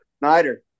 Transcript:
Snyder